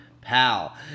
pal